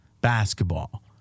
basketball